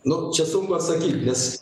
nu čia sunku atsakyt nes